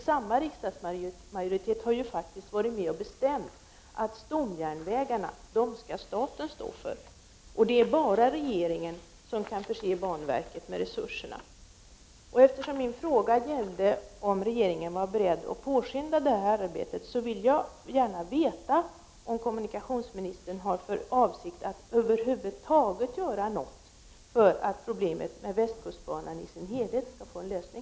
Samma riksdagsmajoritet har faktiskt varit med och bestämt att staten skall stå för stomjärnvägarna. Det är bara regeringen som kan förse banverket med resurser. Eftersom min fråga gällde om regeringen är beredd att påskynda det här arbetet, vill jag gärna veta om kommunikationsministern har för avsikt att över huvud taget göra något för att problemet med västkustbanan i sin helhet skall få en lösning.